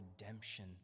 redemption